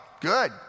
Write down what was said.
good